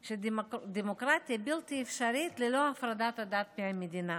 שדמוקרטיה היא בלתי אפשרית ללא הפרדת הדת מהמדינה.